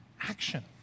action